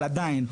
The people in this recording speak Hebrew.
אבל עדיין,